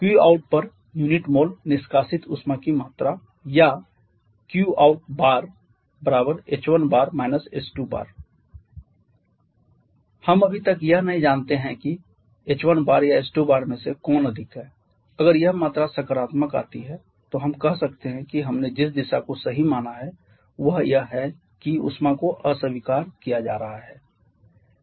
qout पर unit mole निष्कासित उष्मा की मात्रा या qouth1 h2 हम अभी तक यह नहीं जानते है की h1 या h2 में से कौन अधिक है अगर यह मात्रा सकारात्मक आती है तो हम कह सकते हैं कि हमने जिस दिशा को सही माना है वह यह है कि उष्मा को अस्वीकार किया जा रहा है